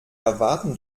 erwarten